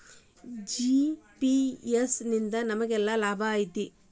GFS ನಿಂದಾ ನಮೆಗೆನ್ ಲಾಭ ಐತಿ?